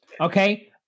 Okay